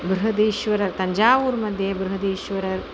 बृहदीश्वरः तञ्जावूर् मध्ये बृहदीश्वरः